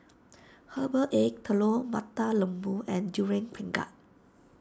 Herbal Egg Telur Mata Lembu and Durian Pengat